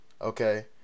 okay